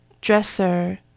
Dresser